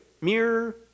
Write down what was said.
Mirror